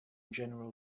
general